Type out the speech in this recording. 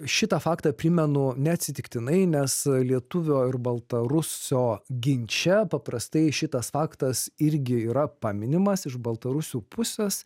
šitą faktą primenu neatsitiktinai nes lietuvio ir baltarusio ginče paprastai šitas faktas irgi yra paminimas iš baltarusių pusės